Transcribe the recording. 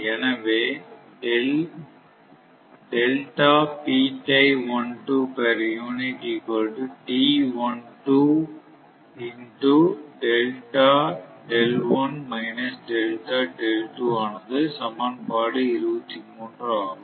எனவே ஆனது சமன்பாடு 23 ஆகும்